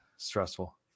stressful